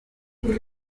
sgt